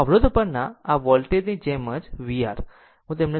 આમ અવરોધ પરના આ વોલ્ટેજ ની જેમ જ vR પણ હું તેને સમજાવું